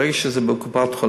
ברגע שזה בקופות-חולים,